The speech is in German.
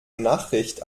nachricht